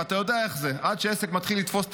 ואתה יודע איך זה עד שעסק מתחיל לתפוס תאוצה.